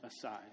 aside